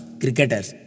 cricketers